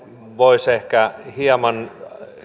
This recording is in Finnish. voisi ehkä hieman